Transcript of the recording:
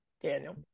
Daniel